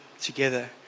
together